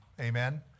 amen